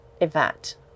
event